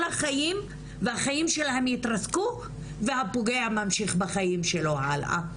החיים והחיים שלהם יתרסקו והפוגע ממשיך בחיים שלו הלאה,